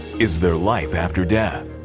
is there life after death?